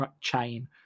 chain